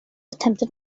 attempted